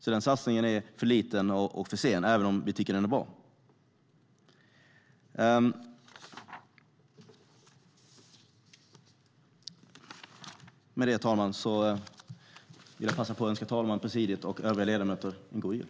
Denna satsning är alltså för liten och för sen, även om vi tycker att den är bra. Herr talman! Jag vill passa på att önska herr talmannen, presidiet och övriga ledamöter en god jul.